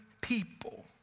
people